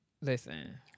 listen